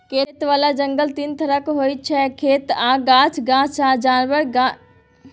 खेतबला जंगल तीन तरहक होइ छै खेत आ गाछ, गाछ आ जानबर, खेत गाछ आ जानबर